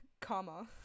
comma